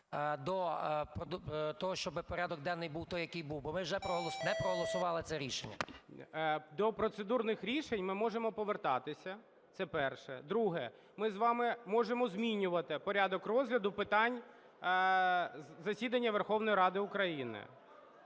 до того, щоб порядок денний був той, який був, бо вже не проголосували це рішення. ГОЛОВУЮЧИЙ. До процедурних рішень ми можемо повертатися. Це перше. Друге. Ми з вами можемо змінювати порядок розгляду питань засідання Верховної Ради України.